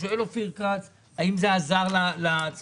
שואל אופיר כץ האם זה עזר לצרכנים.